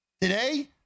Today